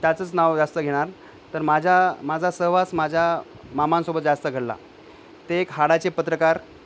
त्याचंच नाव जास्त घेणार तर माझ्या माझा सहवास माझ्या मामांसोबत जास्त घडला ते एक हाडाचे पत्रकार